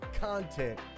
content